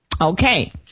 Okay